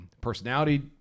personality